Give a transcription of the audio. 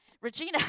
Regina